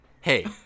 Hey